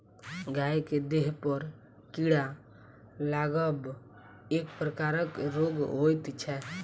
गाय के देहपर कीड़ा लागब एक प्रकारक रोग होइत छै